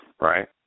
Right